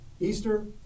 Easter